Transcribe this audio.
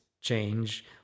change